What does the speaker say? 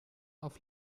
auf